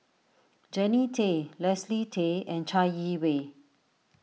Jannie Tay Leslie Tay and Chai Yee Wei